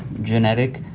genetic,